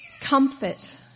Comfort